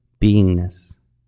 beingness